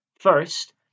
First